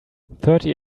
thirty